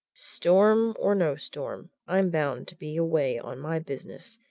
storm or no storm, i'm bound to be away on my business,